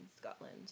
Scotland